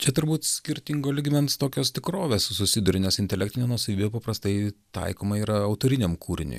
čia turbūt skirtingo lygmens tokios tikrovės susiduria nes intelektinė nuosavybė paprastai taikoma yra autoriniam kūriniui